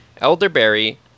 elderberry